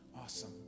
Awesome